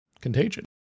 Contagion